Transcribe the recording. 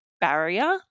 barrier